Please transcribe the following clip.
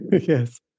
Yes